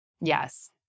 Yes